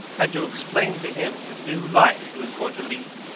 and to explain to him the new life he was going to lead,